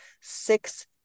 six